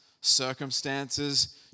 circumstances